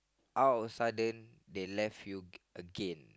out of a sudden they left you again